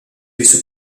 hizo